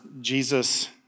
Jesus